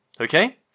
Okay